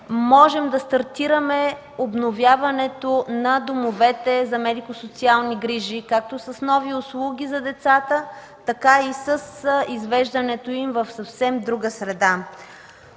можем да стартираме обновяването на домовете за медико-социални грижи както с нови услуги за децата, така и с извеждането им в съвсем друга среда.